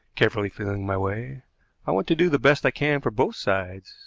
carefully feeling my way i want to do the best i can for both sides,